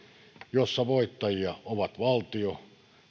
jossa voittajia ovat valtio